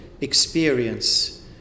experience